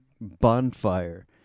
bonfire